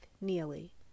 Neely